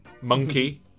Monkey